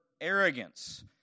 arrogance